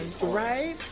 right